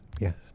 Yes